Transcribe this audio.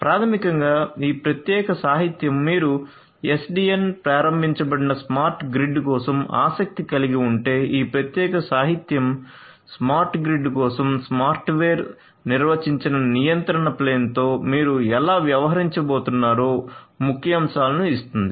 ప్రాథమికంగా ఈ ప్రత్యేక సాహిత్యం మీరు SDN ప్రారంభించబడిన స్మార్ట్ గ్రిడ్ కోసం ఆసక్తి కలిగి ఉంటే ఈ ప్రత్యేక సాహిత్యం స్మార్ట్ గ్రిడ్ కోసం సాఫ్ట్వేర్ నిర్వచించిన నియంత్రణ ప్లేన్ తో మీరు ఎలా వ్యవహరించబోతున్నారో ముఖ్యాంశాలను ఇస్తుంది